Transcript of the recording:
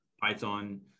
Python